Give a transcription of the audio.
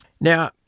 Now